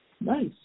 Nice